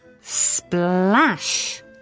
Splash